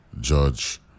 Judge